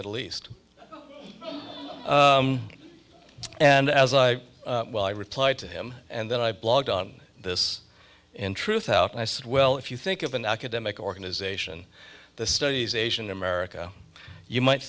middle east and as i well i replied to him and then i blogged on this in truthout and i said well if you think of an academic organization the studies asian america you might